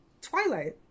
Twilight